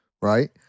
right